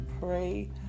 pray